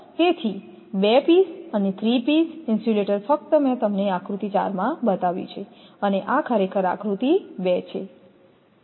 તેથી બે પીસ અને થ્રી પીસ ઇન્સ્યુલેટર ફક્ત મેં તમને આકૃતિ 4 માં બતાવ્યું છે અને આ ખરેખર આકૃતિ 2 છે